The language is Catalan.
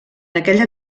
aquella